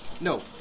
No